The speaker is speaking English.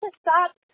stop